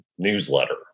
Newsletter